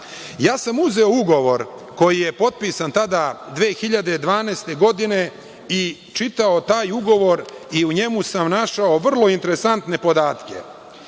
da. Ja sam uzeo ugovor koji je potpisan tada 2012. godine i čitao taj ugovor i u njemu sam našao vrlo interesantne podatke. Recimo,